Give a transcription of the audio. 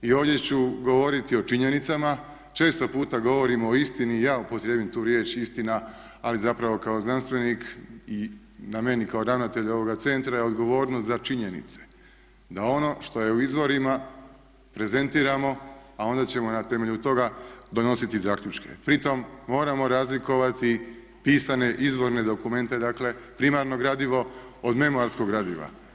I ovdje ću govoriti o činjenicama, često puta govorimo o istini i ja upotrijebim tu riječ istina ali zapravo kako znanstvenik i na meni kao ravnatelju ovoga centra je odgovornost za činjenice da ono što je u izvorima prezentiramo a onda ćemo na temelju toga donositi zaključke pri tom moramo razlikovati pisane izvorne dokumente dakle primarno gradivo od memoralskog gradiva.